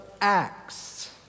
Acts